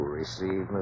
receive